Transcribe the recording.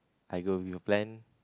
I go with your plan